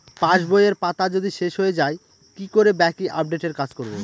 পাসবইয়ের পাতা যদি শেষ হয়ে য়ায় কি করে বাকী আপডেটের কাজ করব?